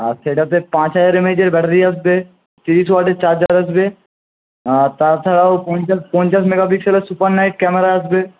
আচ্ছা এটাতে পাঁচ হাজার এমএএইচের ব্যাটারি আসবে তিরিশ ওয়াটের চার্জার আসবে আর তাছাড়াও পঞ্চাশ পঞ্চাশ মেগা পিক্সেলের সুপার নাইট ক্যামেরা আসবে